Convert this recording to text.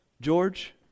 George